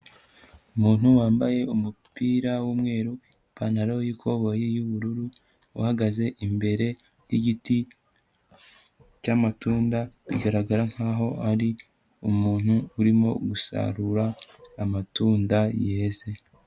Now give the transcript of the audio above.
Umuntu wambaye umupira w'umweru, ipantaro y'ikoboyi y'ubururu, uhagaze imbere y'igiti cy'amatunda, bigaragara nkaho ari umuntu urimo gusarura amatunda yeze.